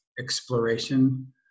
exploration